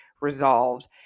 resolved